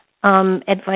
Advice